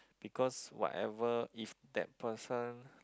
because whatever if that person